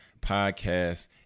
podcast